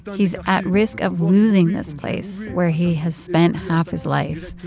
but he's at risk of losing this place where he has spent half his life.